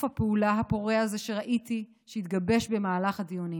הפעולה הפורה הזה שראיתי שהתגבש במהלך הדיונים.